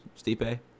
Stipe